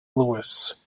lewis